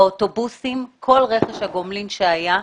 באוטובוסים כל רכש הגומלין שהיה,